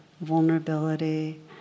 vulnerability